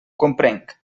comprenc